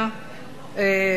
אורי אריאל, בבקשה,